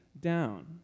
down